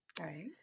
Right